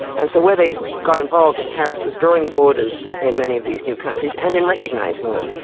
and so where they got involved in paris was drawing the borders in many of these new countries, and in recognising them.